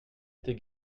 était